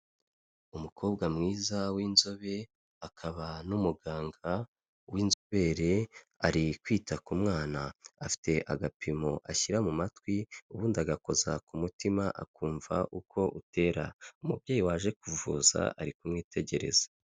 Umukobwa mwiza w'inzobe akaba n'umuganga w'inzobere, ari kwita ku mwana afite agapimo ashyira mu matwi ubundi agakoza ku mutima akumva uko utera, umubyeyi waje kuvuza ari kumwitegereza.